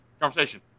conversation